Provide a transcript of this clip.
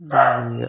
దివ్య